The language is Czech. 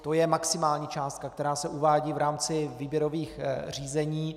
To je maximální částka, která se uvádí v rámci výběrových řízení.